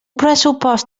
pressupost